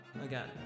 again